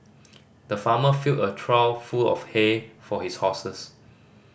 the farmer filled a trough full of hay for his horses